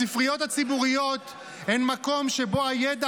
הספריות הציבוריות הן מקום שבו הידע